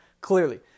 clearly